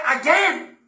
again